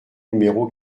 numéro